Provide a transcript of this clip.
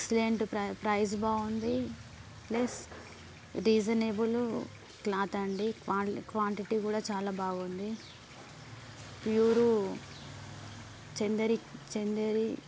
excellent price price బాగుంది plus reasonable cloth అండి quantity కూడా చాలా బాగుంది ప్యూరు చెందిరి చెందేరి